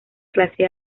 clase